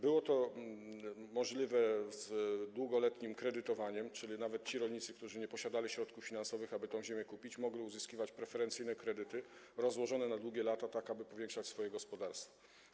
Byłoby to możliwe z długoletnim kredytowaniem, czyli nawet ci rolnicy, którzy nie posiadali środków finansowych, aby tę ziemię kupić, mogliby uzyskiwać preferencyjne, rozłożone na długie lata kredyty, tak aby powiększać swoje gospodarstwa.